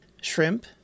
shrimp